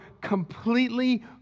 completely